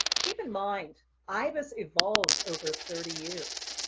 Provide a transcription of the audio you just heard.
keep in mind ibis evolved over thirty years.